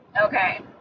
Okay